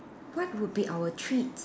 what would be our treats